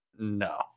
no